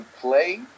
play